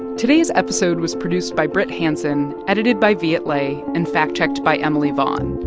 today's episode was produced by brit hanson, edited by viet le and fact-checked by emily vaughn.